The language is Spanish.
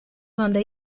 donde